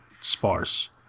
sparse